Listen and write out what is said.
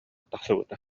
тахсыбыта